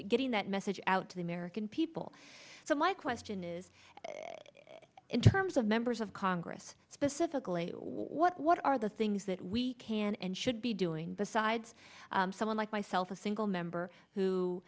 getting that message out to the american people so my question is in terms of members of congress specifically what what are the things that we can and should be doing besides someone like myself a single member who